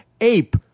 ape